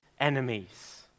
enemies